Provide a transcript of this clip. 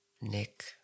Nick